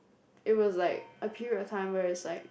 it was like a period of time where is like